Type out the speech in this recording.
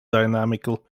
dynamical